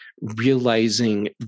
realizing